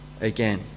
again